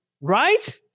right